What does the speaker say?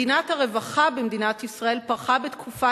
מדינת הרווחה במדינת ישראל פרחה בתקופה